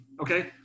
Okay